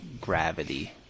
gravity